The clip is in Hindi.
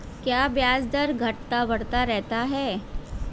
क्या ब्याज दर घटता बढ़ता रहता है?